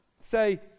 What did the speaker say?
Say